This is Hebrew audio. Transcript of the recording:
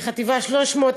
בחטיבה 300,